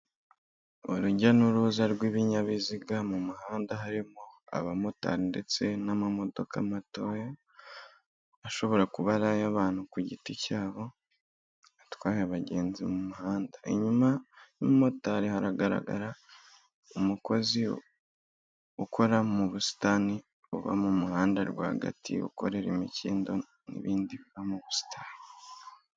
Urujya n'uruza rw'ibinyabiziga mu muhanda, harimo abamotari ndetse n'amamodoka matoya, ashobora kuba ari ay'abantu ku giti cyabo atwaye abagenzi mu muhanda, inyuma y'umumotari haragaragara umukozi ukora mu busitani buba mu muhanda rwagati, ukorera imikindo n'ibindi biba mu busitani.